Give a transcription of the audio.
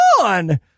on